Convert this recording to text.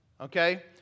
okay